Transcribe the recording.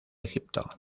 egipto